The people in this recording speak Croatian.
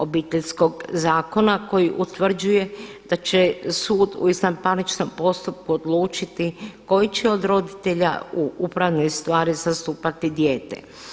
Obiteljskog zakona koji utvrđuje da će sud u izvanparničnom postupku odlučiti koji će od roditelja u upravnoj stvari zastupati dijete.